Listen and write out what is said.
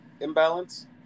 imbalance